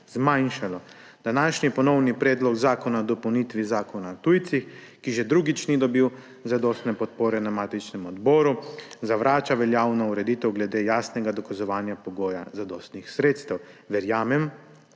zmanjšalo. Današnji ponovni Predlog zakona o dopolnitvi Zakona o tujcih, ki že drugič ni dobil zadostne podpore na matičnem odboru, zavrača veljavno ureditev glede jasnega dokazovanja pogoja zadostnih sredstev. Verjamemo,